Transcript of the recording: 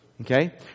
Okay